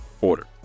order